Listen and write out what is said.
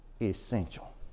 essential